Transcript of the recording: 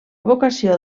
vocació